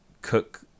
cook